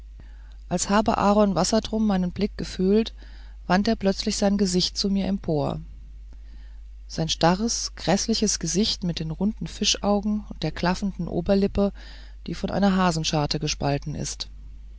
als habe aaron wassertrum meinen blick gefühlt wandte er plötzlich sein gesicht zu mir empor sein starres gräßliches gesicht mit den runden fischaugen und der klaffenden oberlippe die von einer hasenscharte gespalten ist